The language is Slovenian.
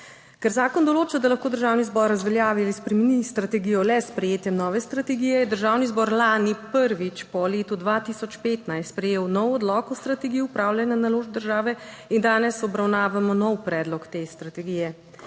Ker zakon določa, da lahko Državni zbor razveljavi ali spremeni strategijo le s sprejetjem nove strategije, je Državni zbor lani prvič po letu 2015 sprejel nov odlok o strategiji upravljanja naložb države in danes obravnavamo nov predlog te strategije.